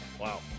Wow